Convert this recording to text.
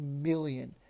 million